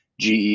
GE